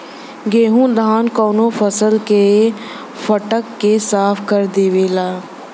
गेहू धान कउनो फसल क फटक के साफ कर देवेला